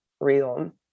real